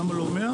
למה לא 100?